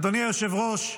אדוני היושב-ראש,